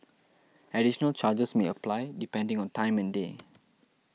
additional charges may apply depending on time and day